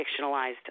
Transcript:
fictionalized